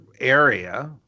area